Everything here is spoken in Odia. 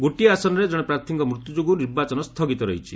ଗୋଟିଏ ଆସନରେ ଜଣେ ପ୍ରାର୍ଥୀଙ୍କ ମୃତ୍ୟୁ ଯୋଗୁଁ ନିର୍ବାଚନ ସ୍ଥଗିତ ରହିଛି